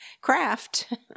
craft